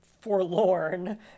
forlorn